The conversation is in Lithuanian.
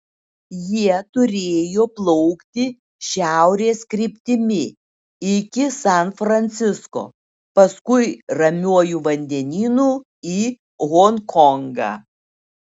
jie turėjo plaukti šiaurės kryptimi iki san francisko paskui ramiuoju vandenynu į honkongą